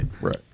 Right